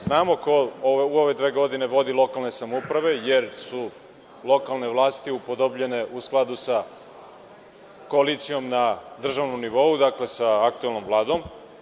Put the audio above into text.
Znamo ko u ove dve godine vodi lokalne samouprave, jer su lokalne vlasti upodobljene u skladu sa koalicijom na državnom nivou, sa aktuelnom Vladom.